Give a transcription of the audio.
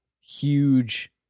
huge